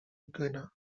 guinea